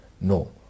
no